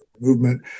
movement